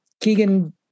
Keegan